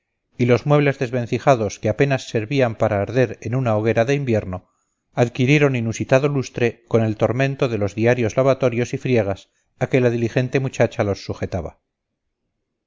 y los muebles desvencijados que apenas servían para arder en una hoguera de invierno adquirieron inusitado lustre con el tormento de los diarios lavatorios y friegas a que la diligente muchacha los sujetaba